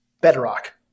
Bedrock